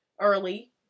early